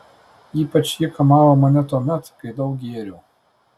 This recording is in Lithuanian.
ypač ji kamavo mane tuomet kai daug gėriau